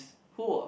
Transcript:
who or